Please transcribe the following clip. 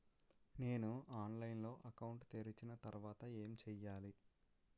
నేను ఆన్లైన్ లో అకౌంట్ తెరిచిన తర్వాత ఏం చేయాలి?